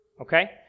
okay